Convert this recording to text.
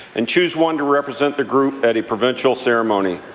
and choose one to represent the group at a provincial ceremony.